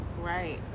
Right